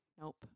Nope